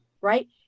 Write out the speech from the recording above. right